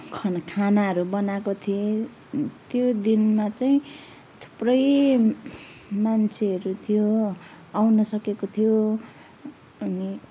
खाना खानाहरू बनाएको थिएँ त्यो दिनमा चाहिँ थुप्रै मान्छेहरू थियो आउनसकेको थियो अनि